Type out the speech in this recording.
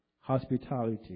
hospitality